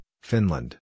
Finland